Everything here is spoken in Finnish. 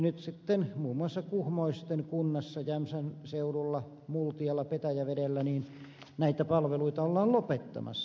nyt sitten muun muassa kuhmoisten kunnassa jämsän seudulla multialla petäjävedellä näitä palveluita ollaan lopettamassa